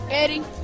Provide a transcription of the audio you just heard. eddie